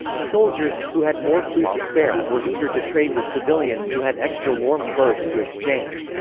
soldiers, who had more food to spare, were eager to trade with civilians who had extra warm clothes to exchange.